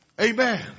Amen